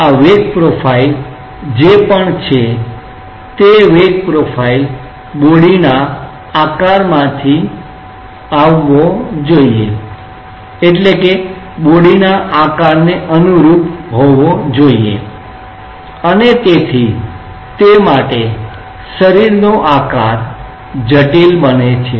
આ વેગ પ્રોફાઇલ જે પણ છે તે વેગ પ્રોફાઇલ બોડીના આકારમાંથી આવવી જોઈએ બોડીના આકારને અનુરૂપ અને તેથી તે માટે બોડી નો આકાર જટીલ બને છે